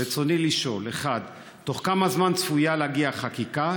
רצוני לשאול: 1. בתוך כמה זמן צפויה להגיע החקיקה?